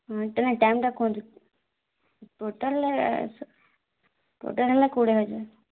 ହଁ ଟା ଟାଇମ୍ଟା କୁହନ୍ତୁ ଟୋଟାଲ୍ ଟୋଟାଲ୍ ହେଲା କୋଡ଼ିଏ ହଜାର୍